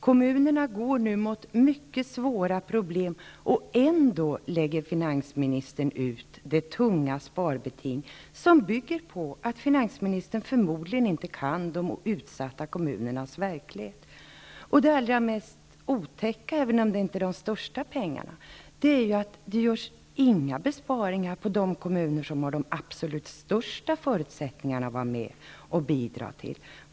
Kommunerna går nu mot mycket svåra problem, och ändå lägger finansministern ut det tunga sparbetinget, som bygger på att finansministern förmodligen inte känner till de utsatta kommunernas verklighet. Det allra mest otäcka -- även om det inte gäller de största pengarna -- är att det inte görs några besparingar i de kommuner som har de absolut största förutsättningarna att bidra.